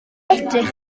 edrych